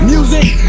Music